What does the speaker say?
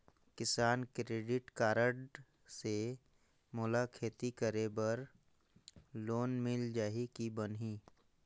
किसान credit card से मोला खेती करे बर लोन मिल जाहि की बनही??